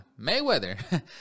mayweather